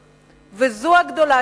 וזאת הגדולה של הציונות,